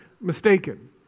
mistaken